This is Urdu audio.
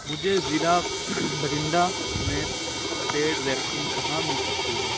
مجھے ضلع بھٹنڈہ میں پیڈ ویکسین کہاں مل سکتی ہے